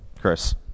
Chris